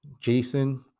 Jason